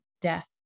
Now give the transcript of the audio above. death